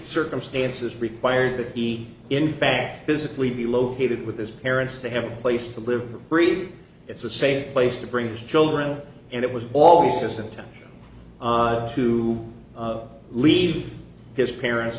circumstances require that he in fact physically be located with his parents to have a place to live for free it's a safe place to bring his children and it was all his intent to leave his parents